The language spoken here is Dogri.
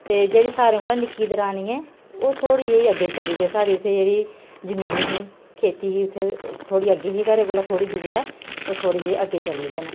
ते जेह्ड़ी सारे कोला निक्की दरानी ऐ ओह् थोह्ड़ी दी अग्गे चल्ले गेदी साढ़ी उत्थै जमीन ही खेती ही थोह्ड़ी अग्गें ही घरै कोला थोह्ड़ी दूर ऐ ओह् थोह्ड़े जेह् अग्गें चली गे न